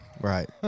Right